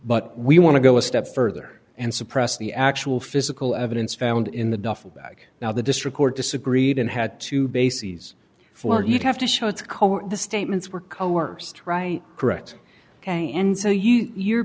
but we want to go a step further and suppress the actual physical evidence found in the duffel bag now the district court disagreed and had two bases for you'd have to show it's cohen the statements were coerced right correct ok and so you your